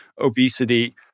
obesity